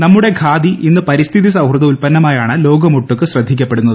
നമ്മുടെ ഖാദി ഇന്ന് പരിസ്ഥിതി സൌഹൃദ ഉത്പന്നമായാണ് ലോകമൊട്ടുക്ക് ശ്രദ്ധിക്കപ്പെടുന്നത്